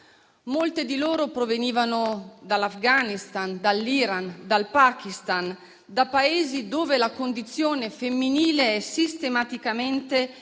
Molte di loro provenivano dall'Afghanistan, dall'Iran, dal Pakistan: Paesi dove la condizione femminile è sistematicamente